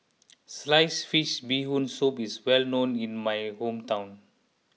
Sliced Fish Bee Hoon Soup is well known in my hometown